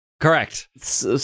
Correct